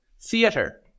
theater